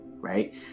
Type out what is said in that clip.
right